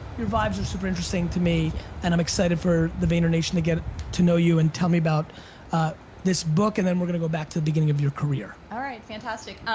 your vibes are super interesting to me and i'm excited for the vaynernation to get to know you and tell me about this book and then we're gonna go back to the beginning of your career. alright, fantastic.